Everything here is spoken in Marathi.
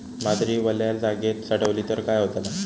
बाजरी वल्या जागेत साठवली तर काय होताला?